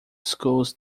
schools